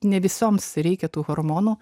ne visoms reikia tų hormonų